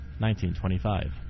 1925